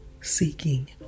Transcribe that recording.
seeking